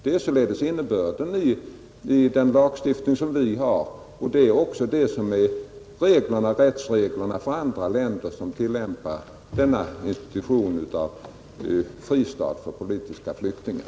Det är således innebörden i den lagstiftning som vi har och av rättsreglerna för andra länder som ger fristad för politiska flyktingar.